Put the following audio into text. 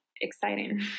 exciting